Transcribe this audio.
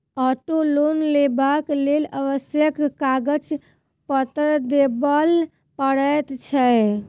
auto loan लेबाक लेल आवश्यक कागज पत्तर देबअ पड़ैत छै